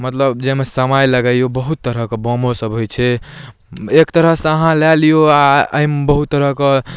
मतलब जाहिमे समय लगैए बहुत तरहके बमोसब होइ छै एक तरहसँ अहाँ लऽ लिऔ आओर एहिमे बहुत तरहके